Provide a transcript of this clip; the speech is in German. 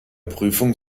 prüfung